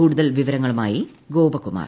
കൂടുതൽ വിവരങ്ങളുമായി ഗ്ദാപ്കുമാർ